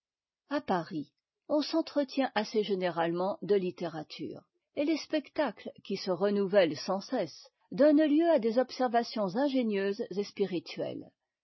a paris on s'entretient assez généralement de littérature et les spectacles qui se renouvellent sans cesse donnent lieu à des ob servations ingénieuses et spirituelles